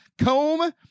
comb